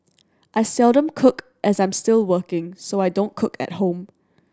I seldom cook as I'm still working so I don't cook at home